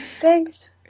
thanks